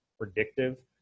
predictive